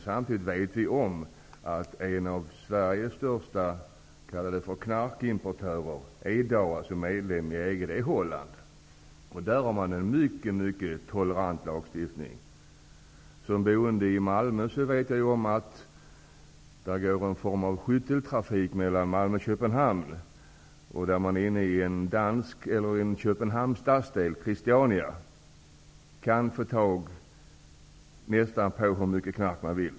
Samtidigt vet vi att en av Sveriges största ''knarkimportörer'', och som i dag är medlem i EG, är Holland. Där har man en mycket tolerant lagstiftning. Som boende i Malmö vet jag att det pågår en skytteltrafik mellan Malmö och Köpenhamn. Och i stadsdelen Kristiania i Köpenhamn kan man få tag på nästan hur mycket knark man vill.